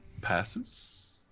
passes